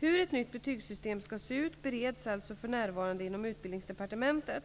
Hur ett nytt betygssystem skall se ut bereds alltså för närvarande inom Utbildningsdepartementet.